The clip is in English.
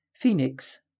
Phoenix